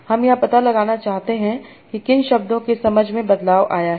हम यह पता लगाना चाहते हैं कि किन शब्दों से समझ में बदलाव आया है